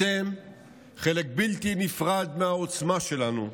אתם חלק בלתי נפרד מהעוצמה שלנו.